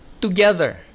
together